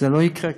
זה לא יקרה כאן.